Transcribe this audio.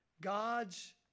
God's